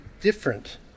different